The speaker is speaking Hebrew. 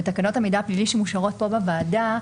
ותקנות המידע הפלילי שמאושרות פה בוועדה,